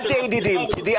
אל תהיה ידידי.